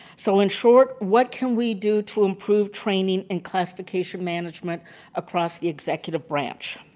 so in short, what can we do to improve training in classification management across the executive branch.